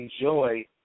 enjoy